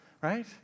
right